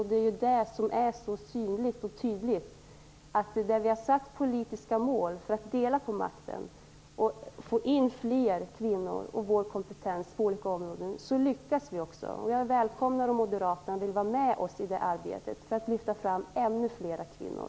Det är ju det som är så synligt och tydligt: Där vi har satt politiska mål för att dela på makten och få in fler kvinnor och kvinnlig kompetens på olika områden lyckas vi också. Jag välkomnar om moderaterna vill vara med oss i det arbetet för att lyfta fram ännu fler kvinnor.